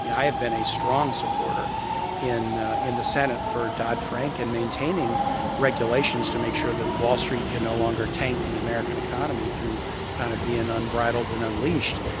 yeah i have been a strong supporter in in the senate for dodd-frank and maintaining regulations to make sure that wall street can no longer tank the american economy through kind of being unbridled and unleashed.